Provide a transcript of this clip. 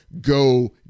go